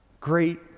great